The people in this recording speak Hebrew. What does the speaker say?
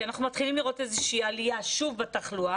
כי אנחנו מתחילים לראות איזה שהיא עלייה שוב בתחלואה,